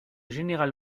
général